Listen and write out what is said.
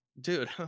Dude